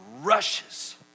rushes